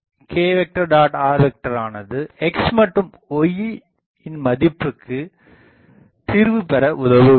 r ஆனது x மற்றும் yயின் மதிப்பிற்குத் தீர்வு பெற உதவுகிறது